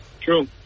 True